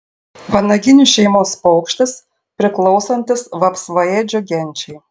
vanaginių šeimos paukštis priklausantis vapsvaėdžių genčiai